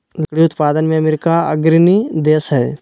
लकड़ी उत्पादन में अमेरिका अग्रणी देश हइ